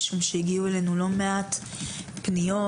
משום שהגיעו אלינו לא מעט פניות,